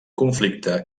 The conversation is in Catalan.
conflicte